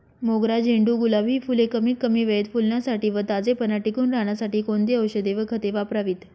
मोगरा, झेंडू, गुलाब हि फूले कमीत कमी वेळेत फुलण्यासाठी व ताजेपणा टिकून राहण्यासाठी कोणती औषधे व खते वापरावीत?